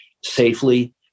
safely